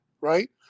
right